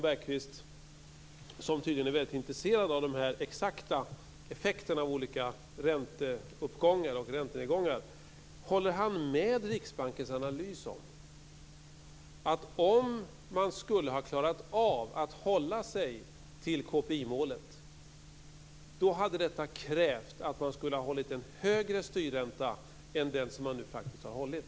Bergqvist, som tydligen är väldigt intresserad av de exakta effekterna av olika ränteuppgångar och räntenedgångar. Håller han med Riksbankens analys att om man skulle ha klarat av att hålla sig till KPI-målet hade detta krävt att man skulle ha hållit en högre styrränta än den som man nu faktiskt har hållit?